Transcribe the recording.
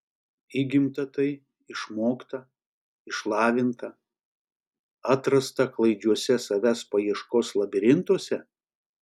įgimta tai išmokta išlavinta atrasta klaidžiuose savęs paieškos labirintuose